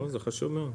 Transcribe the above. טוב, זה חשוב מאוד.